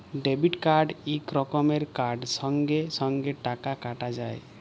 debit card ইক রকমের card সঙ্গে সঙ্গে টাকা কাটা যায়